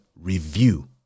review